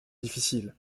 difficile